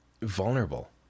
vulnerable